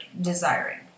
desiring